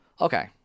Okay